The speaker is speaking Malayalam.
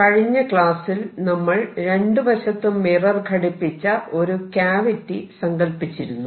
കഴിഞ്ഞ ക്ലാസ്സിൽ നമ്മൾ രണ്ടു വശത്തും മിറർ ഘടിപ്പിച്ച ഒരു ക്യാവിറ്റി സങ്കൽപ്പിച്ചിരുന്നു